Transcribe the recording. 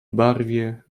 barwie